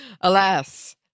Alas